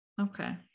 Okay